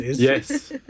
Yes